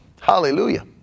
Hallelujah